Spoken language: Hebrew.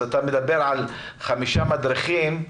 אז אתה מדבר על חמישה מדריכים?